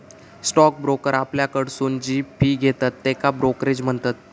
stock broker आपल्याकडसून जी fee घेतत त्येका ब्रोकरेज म्हणतत